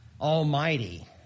almighty